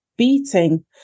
beating